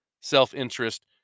self-interest